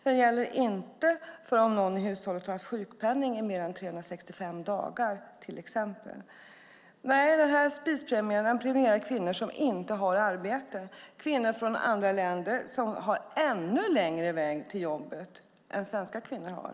Den gäller inte om någon i hushållet har haft sjukpenning i mer än 365 dagar. Denna spispremie premierar kvinnor som inte har arbete och kvinnor från andra länder som har en ännu längre väg till jobb än svenska kvinnor har.